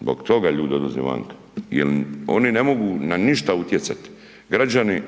zbog toga ljudi odlaze vanka jer oni ne mogu n a ništa utjecati. Građani